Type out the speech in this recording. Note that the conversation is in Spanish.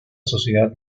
sociedad